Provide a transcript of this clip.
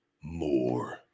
more